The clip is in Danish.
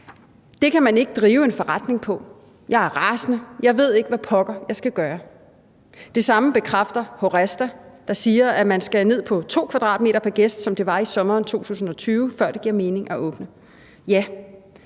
»Det kan man ikke drive en forretning på. Jeg er rasende. Jeg ved ikke, hvad pokker jeg skal gøre.« Det samme bekræfter HORESTA, der siger, at man skal ned på 2 m² pr. er gæst, som det var i sommeren 2020, før det giver mening at åbne. Ja,